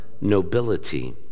nobility